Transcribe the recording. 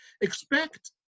expect